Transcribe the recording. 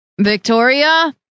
Victoria